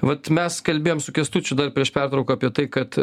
vat mes kalbėjom su kęstučiu dar prieš pertrauką apie tai kad